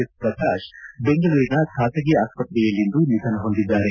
S Prakash ಬೆಂಗಳೂರಿನ ಖಾಸಗಿ ಆಸ್ಪತ್ರೆಯಲ್ಲಿಂದು ನಿಧನ ಹೊಂದಿದ್ದಾರೆ